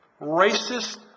racist